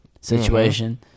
situation